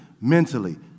mentally